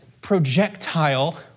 projectile